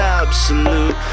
absolute